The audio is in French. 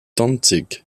dantzig